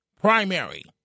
primary